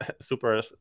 super